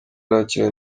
irakira